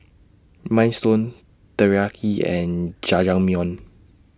Minestrone Teriyaki and Jajangmyeon